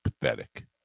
pathetic